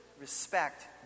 respect